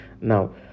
Now